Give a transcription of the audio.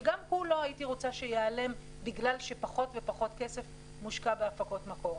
שגם הוא לא הייתי רוצה שיעלם בגלל שפחות ופחות כסף מושקע בהפקות מקור.